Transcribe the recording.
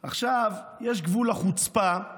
עכשיו, יש גבול לחוצפה.